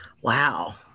Wow